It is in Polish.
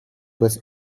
bez